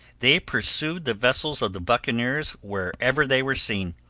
they pursued the vessels of the buccaneers wherever they were seen,